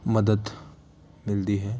ਮਦਦ ਮਿਲਦੀ ਹੈ